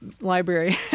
library